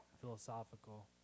Philosophical